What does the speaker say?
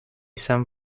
san